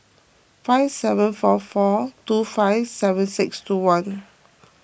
five seven four four two five seven six two one